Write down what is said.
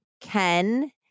Ken